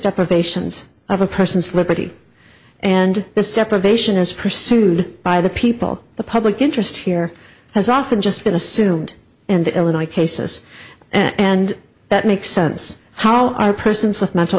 deprivations of a person's liberty and this deprivation is pursued by the people the public interest here has often just been assumed in the illinois cases and that makes sense how are persons with mental